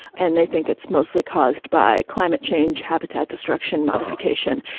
and they think it's mostly caused by climate change, habitat destruction, modification.